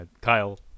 Kyle